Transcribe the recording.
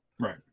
Right